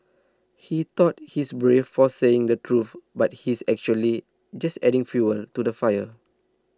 he thought he's brave for saying the truth but he's actually just adding fuel to the fire